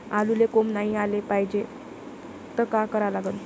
आलूले कोंब नाई याले पायजे त का करा लागन?